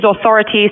authorities